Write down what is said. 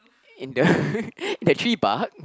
in the in the tree bark